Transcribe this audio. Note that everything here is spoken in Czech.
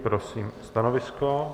Prosím stanovisko.